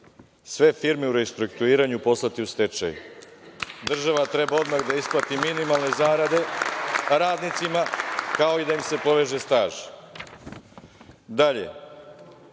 „Sve firme u restrukturiranju poslati u stečaj. Država treba odmah da isplati minimalne zarade radnicima, kao i da im se poveže staž.“Dalje: